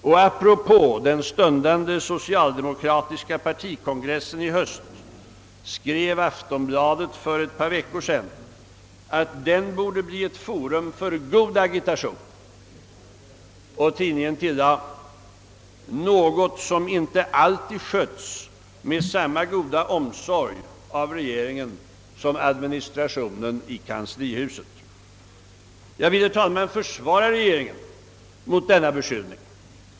Och apropå den stundande socialdemokratiska partikongressen i höst skrev Aftonbladet för ett par veckor sedan, att den borde bli ett forum för god agitation, något — tillade tidningen — som inte alltid skötts med samma goda omsorg av regeringen som administrationen i kanslihuset. Jag vill, herr talman, försvara regeringen mot denna beskyllning.